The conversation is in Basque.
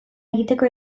egiteko